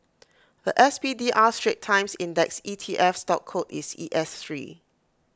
The S P D R straits times index E T F stock code is E S Three